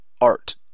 art